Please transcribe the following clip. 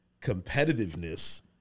competitiveness